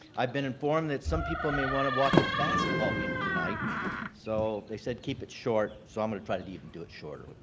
i've been informed that some people may want to watch a basketball game tonight so they said keep it short so i'm going to try to even do it shorter.